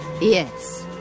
Yes